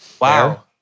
Wow